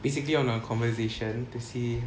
basically on our conversation to see